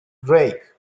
drake